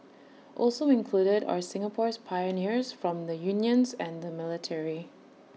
also included are Singapore's pioneers from the unions and the military